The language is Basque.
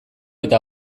eta